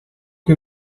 que